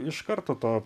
iš karto to